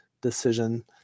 decision